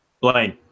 Blaine